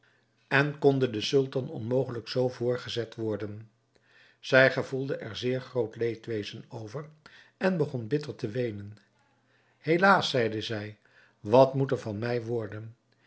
en konde den sultan onmogelijk z voorgezet worden zij gevoelde er zeer groot leedwezen over en begon bitter te weenen helaas zeide zij wat moet er van mij worden